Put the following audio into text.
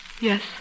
Yes